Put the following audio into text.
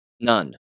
None